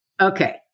Okay